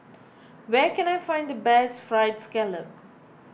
where can I find the best Fried Scallop